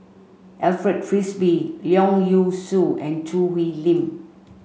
Alfred Frisby Leong Yee Soo and Choo Hwee Lim